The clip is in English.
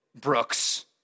Brooks